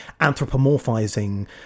anthropomorphizing